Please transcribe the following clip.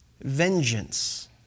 vengeance